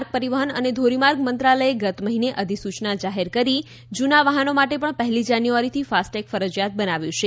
માર્ગ પરિવહન અને ધોરીમાર્ગ મંત્રાલયે ગત મહિને અધિસૂચના જાહેર કરી જૂના વાહનો માટે પણ પહેલી જાન્યુઆરીથી ફાસ્ટેગ ફરજિયાત બનાવ્યું છે